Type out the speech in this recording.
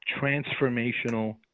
transformational